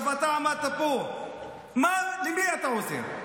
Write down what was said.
אתה עמדת פה, למי אתה עוזר?